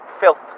filth